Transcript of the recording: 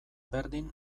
berdin